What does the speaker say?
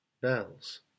bells